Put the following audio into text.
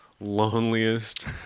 loneliest